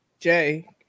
Jay